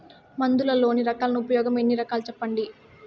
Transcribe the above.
మందులలోని రకాలను ఉపయోగం ఎన్ని రకాలు? సెప్పండి?